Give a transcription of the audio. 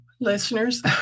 listeners